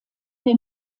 den